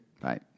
bye